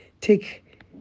take